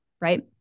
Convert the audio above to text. right